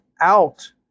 out